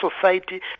society